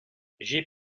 j’ai